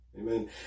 Amen